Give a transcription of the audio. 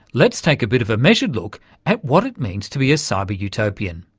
let's take a bit of a measured look at what it means to be a cyber-utopian.